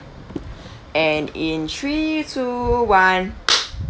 and in three two one